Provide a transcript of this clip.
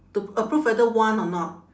to approve whether want or not